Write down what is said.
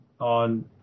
on